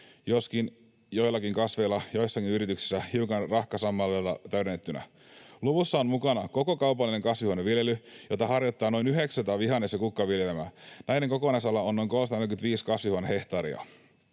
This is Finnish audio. joskin joillakin kasveilla joissakin yrityksissä hiukan rahkasammaleella täydennettynä. Luvussa on mukana koko kaupallinen kasvihuoneviljely, jota harjoittaa noin 900 vihannes‑ ja kukkaviljelijää. Näiden kokonaisala on noin 345 kasvihuonehehtaaria.